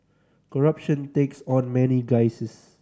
corruption takes on many guises